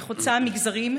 היא חוצה מגזרים,